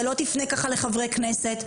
אתה לא תפנה ככה לחברי כנסת,